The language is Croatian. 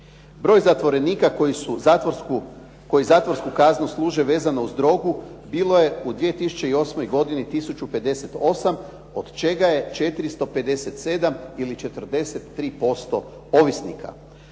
Broj zatvorenika koji zatvorsku kaznu služe vezano uz drogu bilo je u 2008. godini tisuću 58 od čega je 457 ili 43% ovisnika.